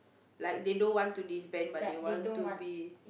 like they don't want to disband but they want to be